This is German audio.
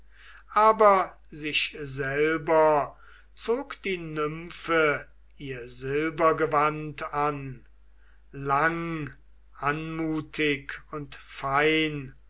aber sich selber zog die nymphe ihr silbergewand an lang anmutig und fein